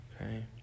Okay